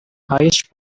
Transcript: highest